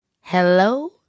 Hello